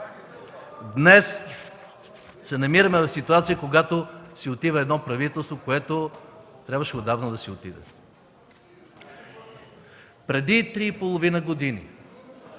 Днес се намираме в ситуация, когато си отива едно правителство, което трябваше отдавна да си отиде. Преди три и половина години